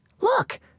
Look